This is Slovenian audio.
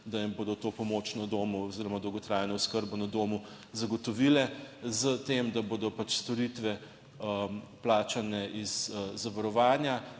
da jim bodo to pomoč na domu oziroma dolgotrajno oskrbo na domu zagotovile s tem, da bodo pač storitve plačane iz zavarovanja